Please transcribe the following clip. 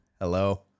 Hello